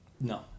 no